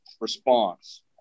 Response